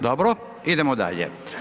Dobro, idemo dalje.